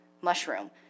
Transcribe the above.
mushroom